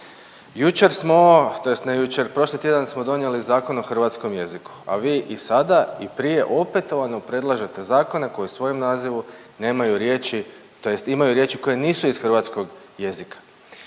Jučer smo tj. ne jučer, prošli tjedan smo donijeli Zakon o hrvatskom jeziku, a vi i sada i prije opetovano predlažete zakone koji u svojem nazivu nemaju riječi tj. imaju riječi koje nisu iz hrvatskog jezika.